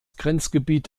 grenzgebiet